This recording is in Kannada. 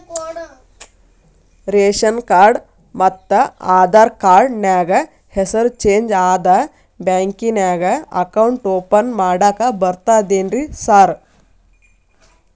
ರೇಶನ್ ಕಾರ್ಡ್ ಮತ್ತ ಆಧಾರ್ ಕಾರ್ಡ್ ನ್ಯಾಗ ಹೆಸರು ಚೇಂಜ್ ಅದಾ ಬ್ಯಾಂಕಿನ್ಯಾಗ ಅಕೌಂಟ್ ಓಪನ್ ಮಾಡಾಕ ಬರ್ತಾದೇನ್ರಿ ಸಾರ್?